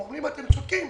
הם אומרים: אתם צודקים,